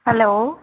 hello